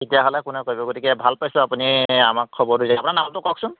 তেতিয়াহ'লে কোনে কৰিব গতিকে ভাল পাইছোঁ আপুনি আমাক খবৰটো দিয়া কাৰণে আপোনাৰ নামটো কওকচোন